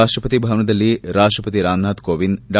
ರಾಪ್ಪಪತಿ ಭವನದಲ್ಲಿ ರಾಪ್ಪಪತಿ ರಾಮನಾಥ್ ಕೋವಿಂದ್ ಡಾ